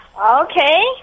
Okay